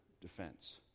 defense